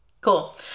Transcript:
Cool